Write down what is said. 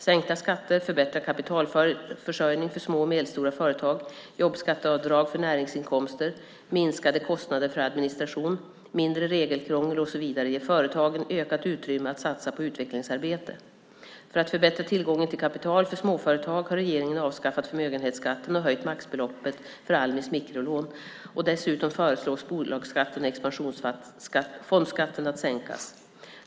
Sänkta skatter, förbättrad kapitalförsörjning för små och medelstora företag, jobbskatteavdrag för näringsinkomster, minskade kostnader för administration, mindre regelkrångel och så vidare ger företagen ökat utrymme att satsa på utvecklingsarbete. För att förbättra tillgången till kapital för småföretag har regeringen avskaffat förmögenhetsskatten och höjt maxbeloppet för Almis mikrolån. Dessutom föreslås bolagsskatten och expansionsfondsskatten att sänkas.